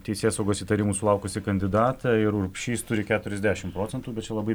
teisėsaugos įtarimų sulaukusį kandidatą ir urbšys turi keturiasdešimt procentų bet čia labai